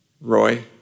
Roy